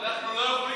אנחנו לא יכולים,